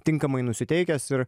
tinkamai nusiteikęs ir